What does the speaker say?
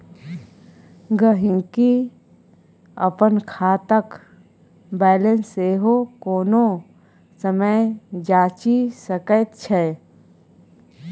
गहिंकी अपन खातक बैलेंस सेहो कोनो समय जांचि सकैत छै